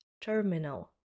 terminal